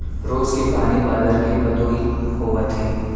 रोज के पानी बादर के पदोई होवत हे